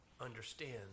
understand